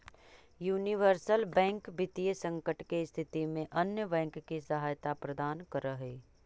universal bank वित्तीय संकट के स्थिति में अन्य बैंक के सहायता प्रदान करऽ हइ